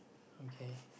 okay